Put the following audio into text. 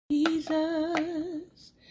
Jesus